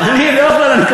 אני לא יכול,